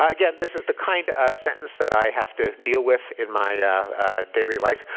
again, this is the kind of sentence that i have to deal with in my daily life.